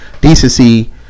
decency